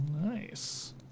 Nice